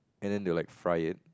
and then they will like fry it